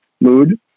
mood